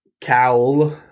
cowl